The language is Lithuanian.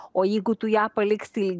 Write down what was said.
o jeigu tu ją paliksi